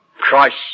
Christ